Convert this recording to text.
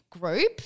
group